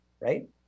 right